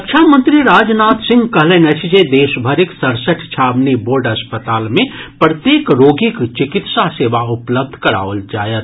रक्षा मंत्री राजनाथ सिंह कहलनि अछि जे देशभरिक सड़सठि छावनी बोर्ड अस्पताल मे प्रत्येक रोगीक चिकित्सा सेवा उपलब्ध कराओल जायत